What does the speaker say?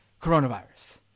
coronavirus